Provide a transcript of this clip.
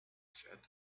said